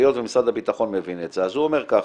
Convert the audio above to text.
היות שמשרד הביטחון מבין את זה, אז הוא אומר ככה,